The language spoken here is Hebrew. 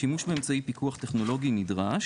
שימוש באמצעי פיקוח טכנולוגי נשרד,